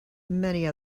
many